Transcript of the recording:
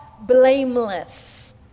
blameless